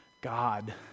God